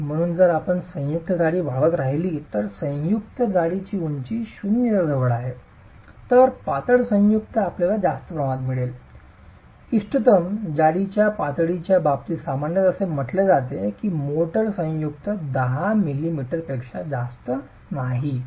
म्हणून जर आपण संयुक्त जाडी वाढवत राहिली तर संयुक्त जाडीची उंची 0 च्या जवळ येत आहे तर पातळ संयुक्त आपल्याला जास्त प्रमाण मिळते इष्टतम जाडीच्या पातळीच्या बाबतीत सामान्यत असे म्हटले जाते की मोर्टार संयुक्त 10 मिलिमीटर पेक्षा जास्त नाही